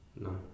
no